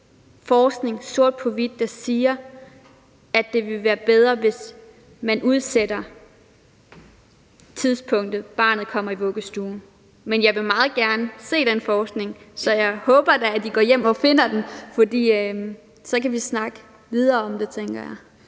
forskning, der sort på hvidt viser, at det vil være bedre, hvis man udsætter tidspunktet for, hvornår barnet kommer i vuggestue. Men jeg vil meget gerne se den forskning, så jeg håber da, at vi går hjem og finder den, for så kan vi snakke videre om det, tænker jeg.